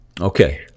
Okay